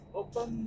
open